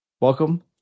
welcome